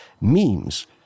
Memes